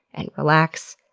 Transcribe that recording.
and relax,